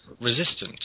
resistant